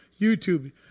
youtube